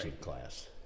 class